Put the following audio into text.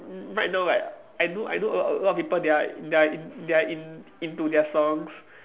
right now like I know I know a lot a lot of people they are they are in they are in into their songs